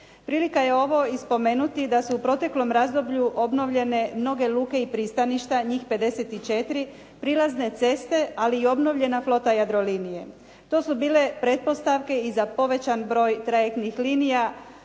Prilika je ovo i spomenuti da su u proteklom razdoblju obnovljene mnoge luke i pristaništa, njih 54, prilazne ceste, ali i obnovljena flota Jadrolinije. To su bile pretpostavke i za povećan broj trajektnih linija